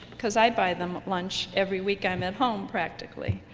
because i buy them lunch every week i'm at home practically.